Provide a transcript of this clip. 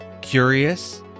Curious